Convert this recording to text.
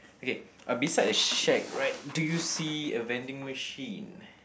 okay uh beside the shack right do you see a vending machine